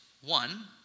one